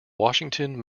washington